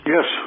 Yes